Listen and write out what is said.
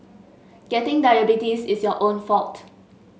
getting diabetes is your own fault